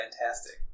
fantastic